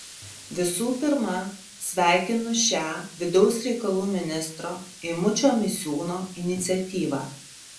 visų pirma sveikinu šią vidaus reikalų ministro eimučio misiūno iniciatyvą